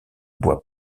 boit